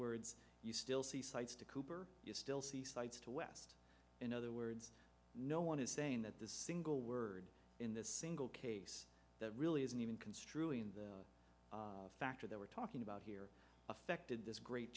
words you still see sites to cooper you still see sites to west in other words no one is saying that the single word in this single case that really isn't even construing the factor that we're talking about here affected this great